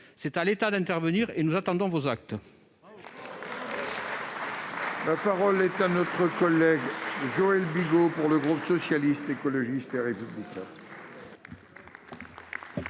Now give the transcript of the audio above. C'est à l'État d'intervenir, et nous attendons vos actes ! La parole est à M. Joël Bigot, pour le groupe Socialiste, Écologiste et Républicain.